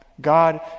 God